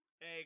Hey